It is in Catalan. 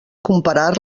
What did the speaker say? comparar